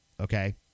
okay